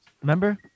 remember